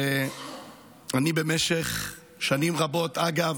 במשך שנים רבות, אגב,